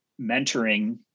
mentoring